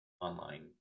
online